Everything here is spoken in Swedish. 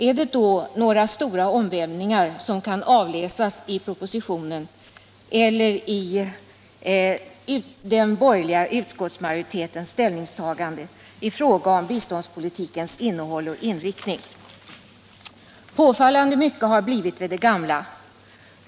Kan det då avläsas några stora omvälvningar i propositionen eller i den borgerliga utskottsmajoritetens ställningstagande i fråga om biståndspolitikens innehåll och inriktning? Påfallande mycket har förblivit vid det gamla.